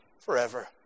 forever